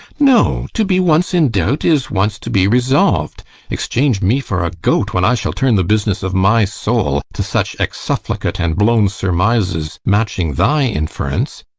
no to be once in doubt is once to be resolv'd exchange me for a goat when i shall turn the business of my soul to such exsufflicate and blown surmises, matching thy inference.